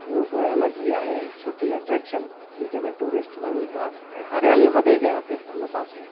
उहो बि हुननि जी आहे सुठी अट्रैक्शन जिते में टूरिस्ट वञनि था हरियाली वधीक आहे उते उन पासे